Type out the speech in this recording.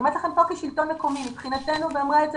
אני אומרת לכם כשלטון מקומי ואמרה את זה